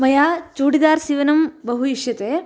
मया चूडिदारसीवनं बहु इष्यते